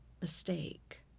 mistake